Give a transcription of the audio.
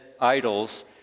idols